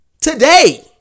Today